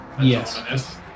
Yes